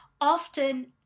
often